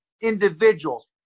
individuals